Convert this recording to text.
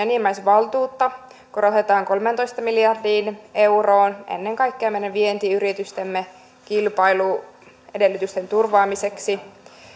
enimmäisvaltuutta korotetaan kolmeentoista miljardiin euroon ennen kaikkea meidän vientiyritystemme kilpailuedellytysten turvaamiseksi